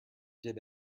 did